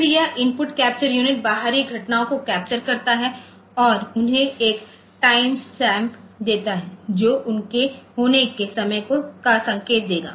फिर यह input capture unit बाहरी घटनाओं को कैप्चर करता है और उन्हें एक टाइमस्टैंप देता है जो उनके होने के समय का संकेत देगा